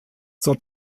zur